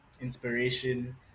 inspiration